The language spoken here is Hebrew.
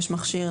יש מכשיר,